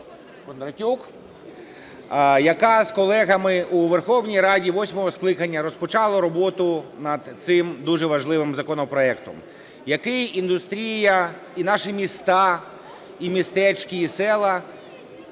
Кондратюк, яка з колегами у Верховній Раді восьмого скликання розпочала роботу над цим дуже важливим законопроектом, який індустрія і наші міста, і містечка, і села,